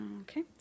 Okay